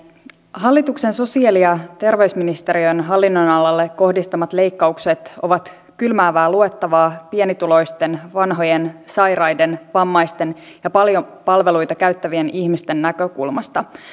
hallituksen sosiaali ja terveysministeriön hallinnonalalle kohdistamat leikkaukset ovat kylmäävää luettavaa pienituloisten vanhojen sairaiden vammaisten ja paljon palveluita käyttävien ihmisten näkökulmasta